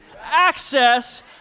access